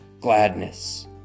gladness